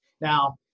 Now